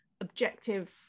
objective